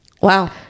Wow